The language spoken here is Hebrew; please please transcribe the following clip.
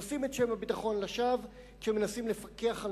נושאים את שם הביטחון לשווא כשמנסים לפקח על